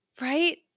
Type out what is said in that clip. right